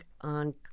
on